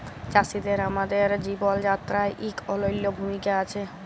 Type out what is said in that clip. চাষীদের আমাদের জীবল যাত্রায় ইক অলল্য ভূমিকা আছে